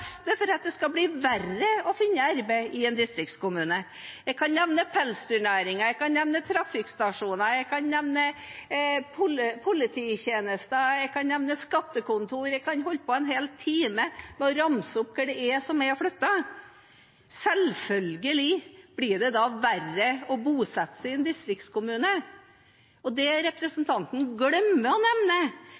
for at det skal bli verre å finne arbeid i en distriktskommune. Jeg kan nevne pelsdyrnæringen, jeg kan nevne trafikkstasjoner, jeg kan nevne polititjenester, jeg kan nevne skattekontor – jeg kan holde på en hel time med å ramse opp hva som er flyttet. Selvfølgelig blir det da verre å bosette seg i en distriktskommune. Det representanten glemmer å nevne,